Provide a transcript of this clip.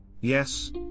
Yes